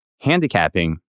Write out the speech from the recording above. Handicapping